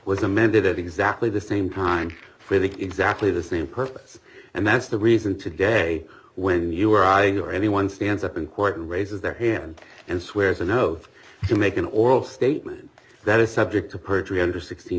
was amended at exactly the same time for the exactly the same purpose and that's the reason today when you or i or anyone stands up in court and raises their hand and swears an oath to make an oral statement that is subject to perjury under